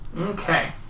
Okay